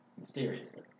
Mysteriously